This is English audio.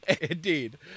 Indeed